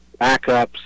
backups